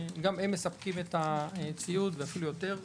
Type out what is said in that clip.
גם הם מספקים את הציוד ואפילו יותר,